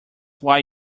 why